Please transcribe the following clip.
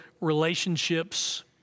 relationships